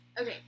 Okay